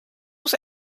was